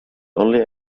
only